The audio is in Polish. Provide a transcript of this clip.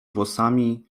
włosami